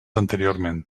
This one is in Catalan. anteriorment